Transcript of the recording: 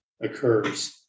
occurs